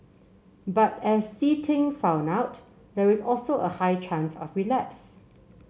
but as See Ting found out there is also a high chance of relapse